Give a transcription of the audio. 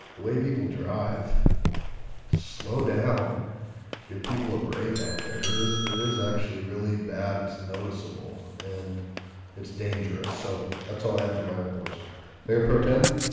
the way people drive slow down give people a break out. there it is. it is actually really bad. it's noticeable and it's dangerous. so that's all i have for my reports mayor pro tem